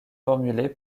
formulée